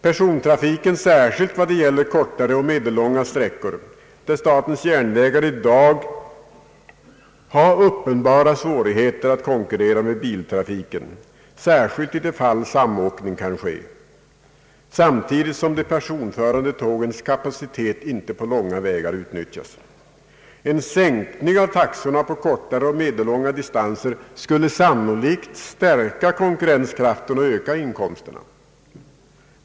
Persontrafikens taxor bör särskilt omprövas när det gäller kortare och medellånga sträckor, där statens järnvägar i dag har uppenbara svårigheter att konkurrera med biltrafiken, speciellt i de fall där samåkning kan ske, samtidigt som de personförande tågens kapacitet inte på långa vägar utnyttjas. En sänkning av taxorna på kortare och medellånga distanser skulle sannolikt stärka konkurrenskraften och öka inkomsterna.